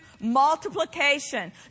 multiplication